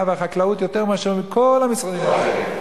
ומשרד החקלאות יותר מאשר בכל המשרדים האחרים.